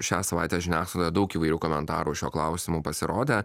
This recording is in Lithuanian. šią savaitę žiniasklaidoje daug įvairių komentarų šiuo klausimu pasirodė